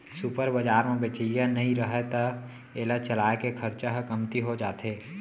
super बजार म बेचइया नइ रहय त एला चलाए के खरचा ह कमती हो जाथे